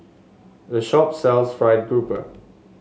the shop sells fried grouper